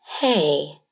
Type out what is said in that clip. Hey